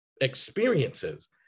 experiences